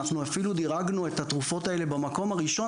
אנחנו אפילו דירגנו את התרופות האלה במקום הראשון